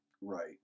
Right